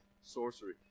Sorcery